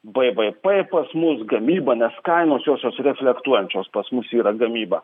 bvp pas mus gamyba nes kainos josios reflektuojančios pas mus yra gamybą